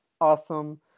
Awesome